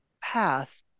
path